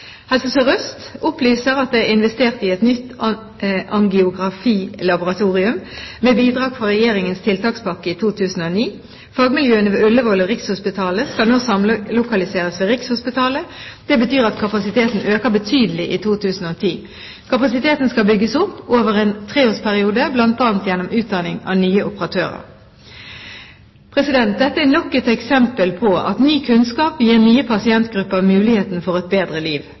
Helse Sør-Øst opp opplyser at det er investert i et nytt angiografilaboratorium med bidrag fra Regjeringens tiltakspakke i 2009. Fagmiljøene ved Ullevål og Rikshospitalet skal nå samlokaliseres ved Rikshospitalet. Det betyr at kapasiteten øker betydelig i 2010. Kapasiteten skal bygges opp over en treårsperiode, bl.a. gjennom utdanning av nye operatører. Dette er nok et eksempel på at ny kunnskap gir nye pasientgrupper muligheten for et bedre liv.